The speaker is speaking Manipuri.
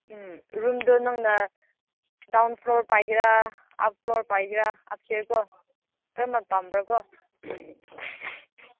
ꯎꯝ ꯔꯨꯝꯗꯨ ꯅꯪꯅ ꯗꯥꯎꯟꯐ꯭ꯂꯣꯔ ꯄꯥꯏꯒꯦꯔꯥ ꯎꯞꯐ꯭ꯂꯣꯔ ꯄꯥꯏꯒꯦꯔꯥ ꯎꯞꯁ꯭ꯇꯦꯌꯥꯔ ꯀꯣ ꯀꯔꯝꯕ ꯄꯥꯝꯕ꯭ꯔꯥ ꯀꯣ